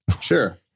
Sure